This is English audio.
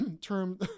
term